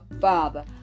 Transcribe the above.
Father